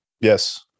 Yes